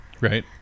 Right